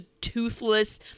toothless